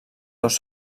dos